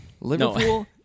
Liverpool